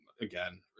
again